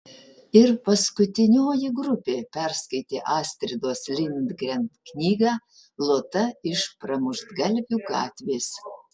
ir paskutinioji grupė perskaitė astridos lindgren knygą lota iš pramuštgalvių gatvės